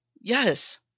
Yes